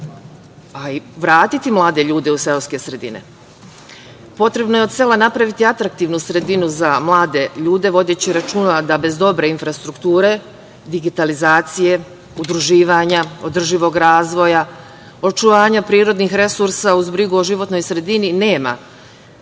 a i vratiti mlade ljude u seoske sredine. Potrebno je od sela napraviti atraktivnu sredinu za mlade ljude, vodeći računa da bez dobre infrastrukture, digitalizacije, udruživanja, održivog razvoja, očuvanja prirodnih resursa uz brigu o životnoj sredini, nema